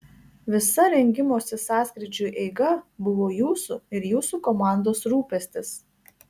visa rengimosi sąskrydžiui eiga buvo jūsų ir jūsų komandos rūpestis